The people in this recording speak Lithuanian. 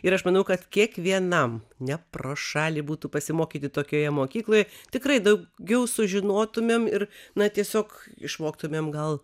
ir aš manau kad kiekvienam ne pro šalį būtų pasimokyti tokioje mokykloj tikrai daugiau sužinotumėm ir na tiesiog išmoktumėm gal